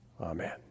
Amen